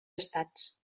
estats